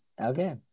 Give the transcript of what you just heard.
Okay